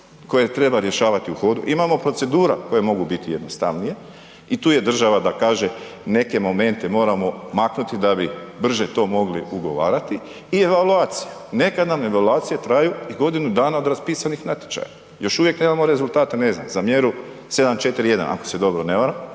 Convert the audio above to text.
koje treba rješavati u hodu, imamo procedura koje mogu biti jednostavnije i tu je država da kaže neke momente moramo maknuti da bi brže to mogli ugovarati. I evaluacija, nekad nam evaluacije traju i godine dana od raspisanih natječaja. Još uvijek nema rezultate ne znam za mjeru 7.4.1. ako se dobro ne varam,